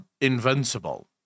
Invincible